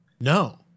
No